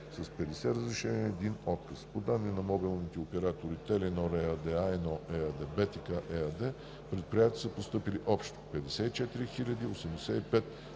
50 разрешения и 1 отказ. По данни от мобилните оператори – „Теленор“ ЕАД, „А1“ ЕАД и „БТК“ ЕАД в предприятията са постъпили общо 54 085